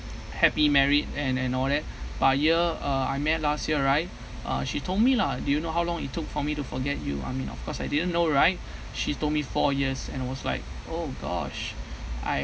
happy married and and all that but year uh I met last year right uh she told me lah do you know how long it took for me to forget you I mean of course I didn't know right she told me four years and I was like oh gosh I